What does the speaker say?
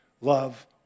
Love